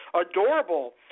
adorable